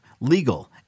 legal